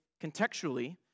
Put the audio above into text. contextually